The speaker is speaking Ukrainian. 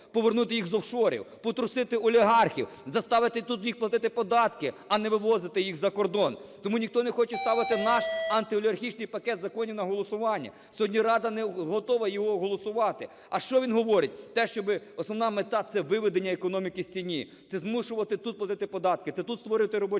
Повернути їх з офшорів! Потрусити олігархів! Заставити тут їх платити податки, а не вивозити їх за кордон. Тому ніхто не хоче ставити наш антиолігархічний пакет законів на голосування. Сьогодні Рада не готова його голосувати. А що він говорить? Те, що би основна мета – це виведення економіки з тіні. Це змушувати тут платити податки. Це тут створювати робочі місця,